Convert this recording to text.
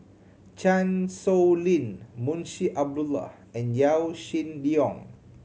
Chan Sow Lin Munshi Abdullah and Yaw Shin Leong